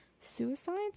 suicides